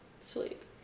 sleep